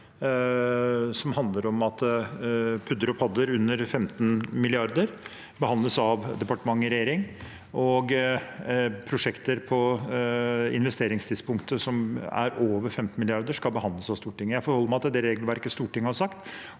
som handler om at PUD-er og PAD-er under 15 mrd. kr behandles av departementet i regjering. Prosjekter som på investeringstidspunktet er over 15 mrd. kr, skal behandles av Stortinget. Jeg forholder meg til det regelverket Stortinget har satt,